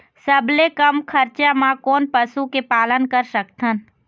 सबले कम खरचा मा कोन पशु के पालन कर सकथन?